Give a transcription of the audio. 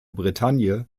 bretagne